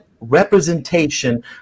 representation